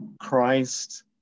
Christ